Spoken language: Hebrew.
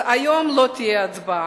אז היום לא תהיה הצבעה,